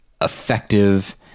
effective